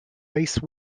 race